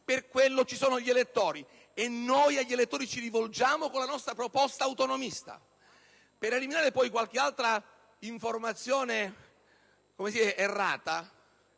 scopo vi sono gli elettori e ad essi ci rivolgiamo con la nostra proposta autonomista. Per eliminare poi qualche altra informazione errata,